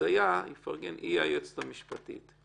אודיה איפרגן היא היועצת המשפטית,